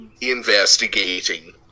Investigating